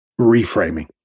reframing